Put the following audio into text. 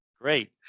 great